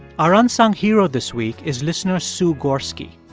our unsung hero this week is listener sue gorski.